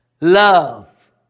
Love